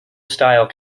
style